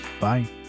Bye